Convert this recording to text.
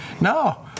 no